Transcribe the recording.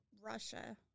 Russia